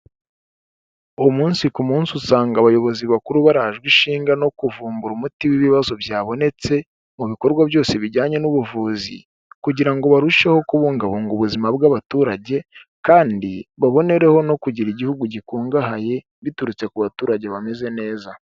Umunsi ku munsi usanga abayobozi bakuru barajwe ishinga no kuvumbura umuti w'ibibazo byabonetse, mu bikorwa byose bijyanye n'ubuvuzi. Kugira ngo barusheho kubungabunga ubuzima bw'abaturage kandi babonereho no kugira igihugu gikungahaye, biturutse ku baturage bameze neza.